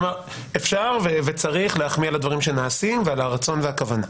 אפשר וצריך להחמיא על הדברים שנעשים ועל הרצון והכוונה.